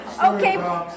Okay